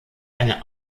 eine